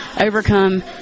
overcome